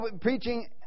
preaching